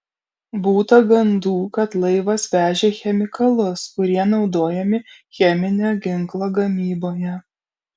būta gandų kad laivas vežė chemikalus kurie naudojami cheminio ginklo gamyboje